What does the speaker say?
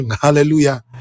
hallelujah